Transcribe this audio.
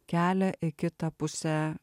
kelia kitą pusę